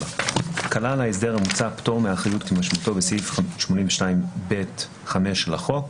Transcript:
כלל ההסדר המוצע פטור מאחריות כמשמעותו בסעיף 82(ב)(5) לחוק,